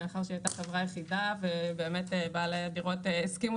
מאחר והיא היתה חברה יחידה ובאמת בעלי הדירות הסכימו